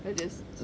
so just ch~